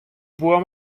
була